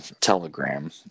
telegram